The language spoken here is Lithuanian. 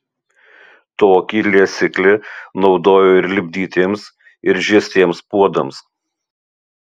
tokį liesiklį naudojo ir lipdytiems ir žiestiems puodams